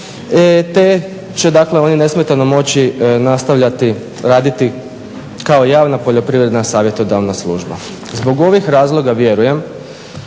te će oni nesmetano moći nastavljati raditi kao javna Poljoprivredna savjetodavna služba. Zbog ovih razloga vjerujem